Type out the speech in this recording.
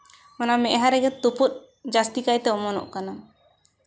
ᱚᱱᱟ ᱢᱮᱫᱦᱟ ᱨᱮᱜᱮ ᱛᱩᱯᱩᱫ ᱡᱟᱹᱥᱛᱤ ᱠᱟᱭᱛᱮ ᱚᱢᱚᱱᱚᱜ ᱠᱟᱱᱟ